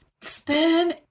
Sperm